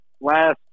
last